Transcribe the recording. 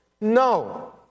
No